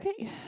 Okay